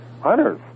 hunters